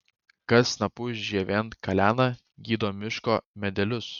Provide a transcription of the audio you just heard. kas snapu žievėn kalena gydo miško medelius